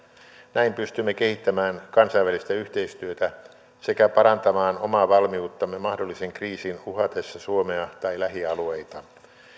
näin pystymme kehittämään kansainvälistä yhteistyötä sekä parantamaan omaa valmiuttamme mahdollisen kriisin uhatessa suomea tai lähialueita